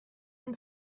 and